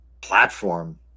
platform